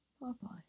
Bye-bye